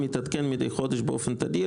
המתעדכן מדי חודש באופן תדיר,